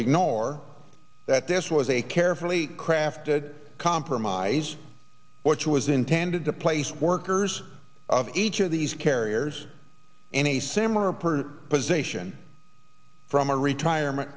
ignore that this was a carefully crafted compromise which was intended to place workers of each of these carriers in a similar per position from a retirement